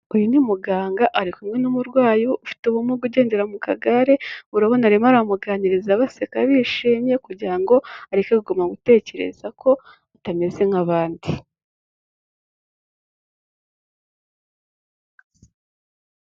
Uyu ni muganga ari kumwe n'umurwayi ufite ubumuga, ugendera mu kagare urabona arimo aramuganiriza baseka, bishimye kugira ngo areke kuguma gutekereza ko atameze nk'abandi.